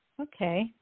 Okay